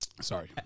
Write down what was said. Sorry